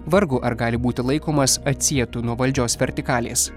vargu ar gali būti laikomas atsietu nuo valdžios vertikalės